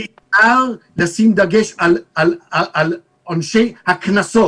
ובעיקר לשים דגש על נושא הקנס.